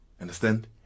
Understand